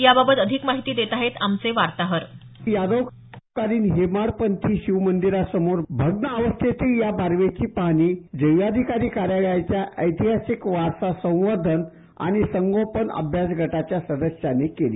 याबाबत अधिक माहिती देत आहेत आमचे वार्ताहर यादवकालीन हेमाडपंथी शिवमंदिरासमोर भग्न अवस्थेतील या बाखेची पाहणी जिल्हाधिकारी कार्यालयाच्या ऐतिहासिक वारसा संवर्धन आणि संगोपन अभ्यास गटाच्या सदस्यांनी केली